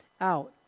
out